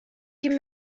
give